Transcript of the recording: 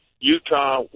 Utah